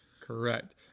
Correct